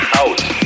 House